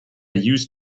use